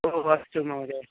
ओ अस्तु महोदय